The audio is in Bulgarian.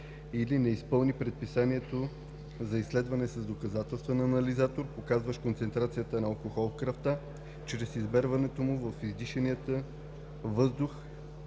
или не изпълни предписанието за изследване с доказателствен анализатор, показващ концентрацията на алкохол в кръвта чрез измерването му в издишания въздух